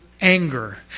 anger